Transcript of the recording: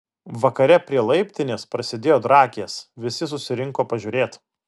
vakare prie laiptinės prasidėjo drakės visi susirinko pažiūrėt